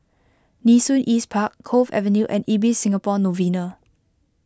Nee Soon East Park Cove Avenue and Ibis Singapore Novena